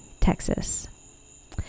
texas